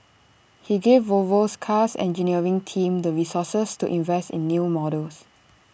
he gave Volvo's car's engineering team the resources to invest in new models